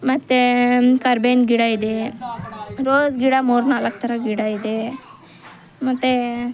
ಮತ್ತು ಕರ್ಬೇವಿನ ಗಿಡ ಇದೆ ರೋಸ್ ಗಿಡ ಮೂರು ನಾಲ್ಕು ಥರ ಗಿಡ ಇದೆ ಮತ್ತೆ